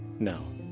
no.